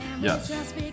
Yes